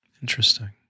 Interesting